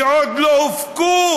כי עוד לא הופקו.